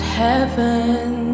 heaven